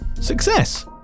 Success